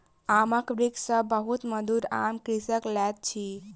आमक वृक्ष सॅ बहुत मधुर आम कृषक लैत अछि